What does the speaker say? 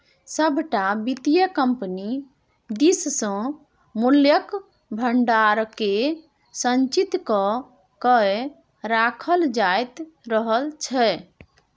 सभटा वित्तीय कम्पनी दिससँ मूल्यक भंडारकेँ संचित क कए राखल जाइत रहल छै